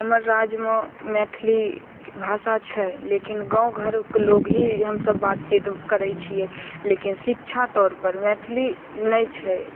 हमर राज्यमे मैथिली भाषा छै लेकिन गाँव घरके लोग ही हमसब बात चित करय छियै लेकिन शिक्षा तौरपर मैथिली नहि छै